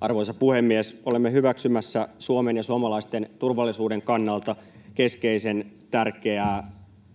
Arvoisa puhemies! Olemme hyväksymässä Suomen ja suomalaisten turvallisuuden kannalta keskeisen tärkeää